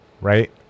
right